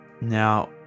Now